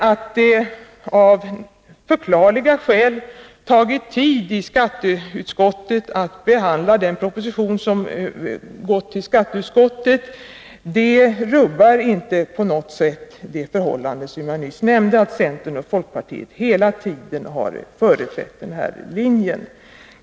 Att det av förklarliga skäl tagit tid i skatteutskottet att behandla den proposition som hänvisats till detta utskott rubbar inte på något sätt det förhållande som jag nyss nämnde — att centern och folkpartiet hela tiden har företrätt denna linje.